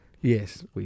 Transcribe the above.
Yes